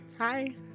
Hi